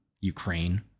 Ukraine